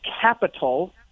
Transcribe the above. capital